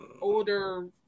older